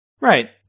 right